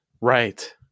right